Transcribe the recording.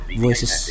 voices